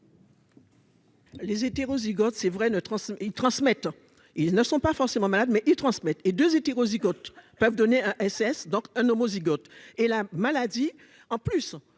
Les hétérozygote, c'est vrai, ne ils transmettent, ils ne sont pas forcément malade mais ils transmettent et 2 hétérozygote peuvent donner un SS, donc un homozygote et la maladie en plus